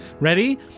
Ready